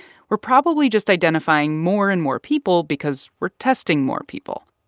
we're probably just identifying more and more people because we're testing more people.